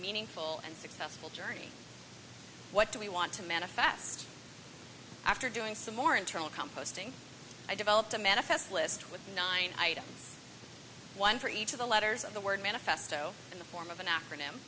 meaningful and successful journey what do we want to manifest after doing some more internal composting i developed a manifest list with nine items one for each of the letters of the word manifesto in the form of an acronym